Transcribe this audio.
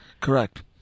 correct